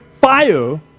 fire